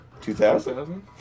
2000